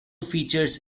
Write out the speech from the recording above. features